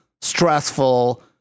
stressful